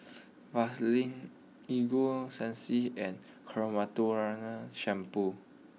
Vaselin Ego Sunsense and Shampoo